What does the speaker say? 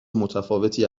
متفاوتی